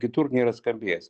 kitur nėra skambėjęs